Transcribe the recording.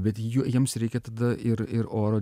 bet ju jiems reikia tada ir ir oro